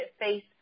face